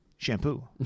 Shampoo